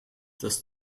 das